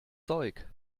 zeug